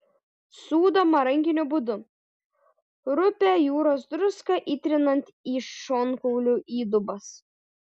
sūdoma rankiniu būdu rupią jūros druską įtrinant į šonkaulių įdubas